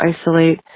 isolate